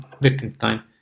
Wittgenstein